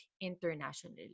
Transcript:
internationally